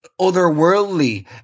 otherworldly